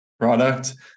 product